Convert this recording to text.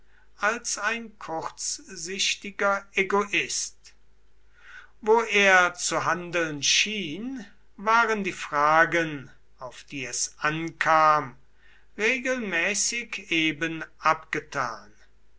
als ein kurzsichtiger egoist wo er zu handeln schien waren die fragen auf die es ankam regelmäßig eben abgetan